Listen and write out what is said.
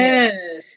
Yes